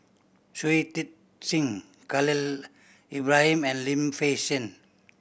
Shui Tit Sing Khalil Ibrahim and Lim Fei Shen